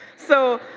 so,